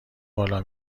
بالا